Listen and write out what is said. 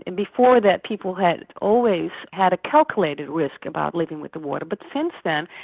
and before that people had always had a calculated risk about living with the water, but since then,